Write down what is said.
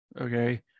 okay